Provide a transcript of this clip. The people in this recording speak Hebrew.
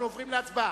אנחנו עוברים להצבעה.